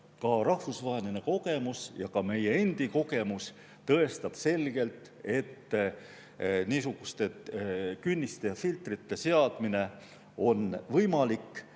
Aga rahvusvaheline kogemus ja ka meie endi kogemus tõestab selgelt, et niisuguste künniste ja filtrite seadmine on võimalik